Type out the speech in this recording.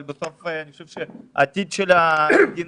אבל בסוף אני חושב שעתיד המדינה,